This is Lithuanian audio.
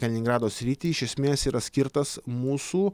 kaliningrado sritį iš esmės yra skirtas mūsų